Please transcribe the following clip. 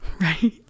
right